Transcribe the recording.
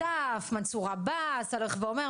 השותף מנסור עבאס הולך ואומר.